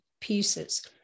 pieces